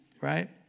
right